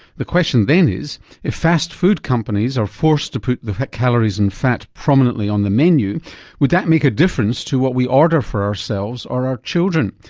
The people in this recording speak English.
the question then is if fast food companies are forced to put the calories and fat prominently on the menu would that make a difference to what we order for ourselves or our children?